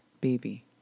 baby